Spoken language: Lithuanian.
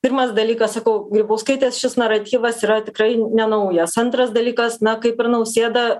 pirmas dalykas sakau grybauskaitės šis naratyvas yra tikrai ne naujas antras dalykas na kaip ir nausėda